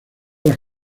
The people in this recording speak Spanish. las